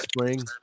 spring